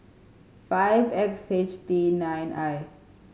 five X H T nine I